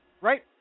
Right